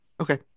Okay